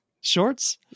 shorts